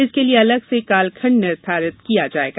इसके लिए अलग से कालखण्ड निर्धारित किया जाएगा